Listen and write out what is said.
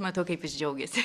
matau kaip jis džiaugiasi